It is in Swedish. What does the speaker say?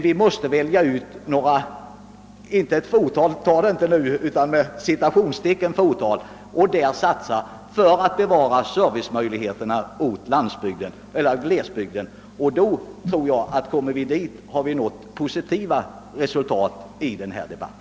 Vi måste alltså välja ut ett fåtal orter — jag vill sätta citationstecken omkring ordet fåtal — och där satsa på servicemöjligheter åt glesbygden. Når vi dithän, så har också debatten om dessa frågor givit positiva resultat.